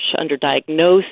under-diagnosed